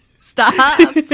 Stop